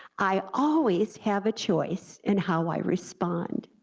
i always have a choice in how i respond.